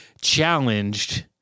challenged